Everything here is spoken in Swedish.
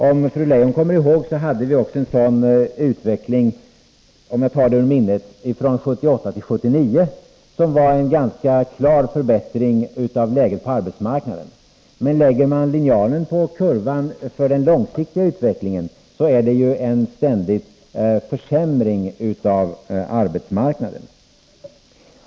Fru Leijon kanske kommer ihåg att vi — om jag minns rätt — hade en sådan utveckling från 1978 till 1979 som innebar en ganska klar förbättring av läget på arbetsmarknaden. Men lägger man linjalen på kurvan för den långsiktiga utvecklingen så ser man ju en ständig försämring av arbetsmarknaden.